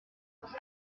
rouge